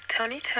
Tony